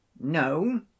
No